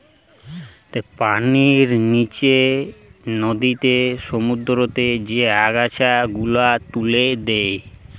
পানির নিচে নদীতে, সমুদ্রতে যে আগাছা গুলা তুলে দে